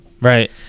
Right